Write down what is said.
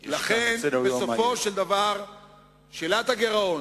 יש כאן סדר-יום, לכן, בסופו של דבר שאלת הגירעון,